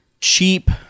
cheap